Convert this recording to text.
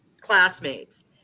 classmates